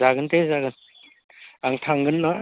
जागोन दे जागोन आं थांगोनना